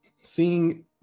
seeing